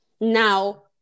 now